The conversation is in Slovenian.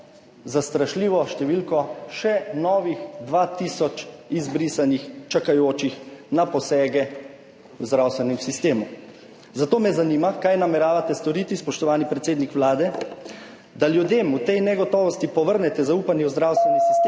strašljivo številko še novih 2 tisoč izbrisanih čakajočih na posege v zdravstvenem sistemu. Zato me zanima: Kaj nameravate storiti, spoštovani predsednik Vlade, da ljudem v tej negotovosti povrnete zaupanje v zdravstveni sistem